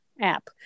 app